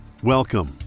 Welcome